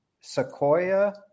Sequoia